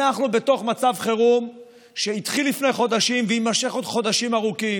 אנחנו בתוך מצב חירום שהתחיל לפני חודשים ויימשך עוד חודשים ארוכים.